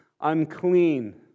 unclean